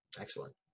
excellent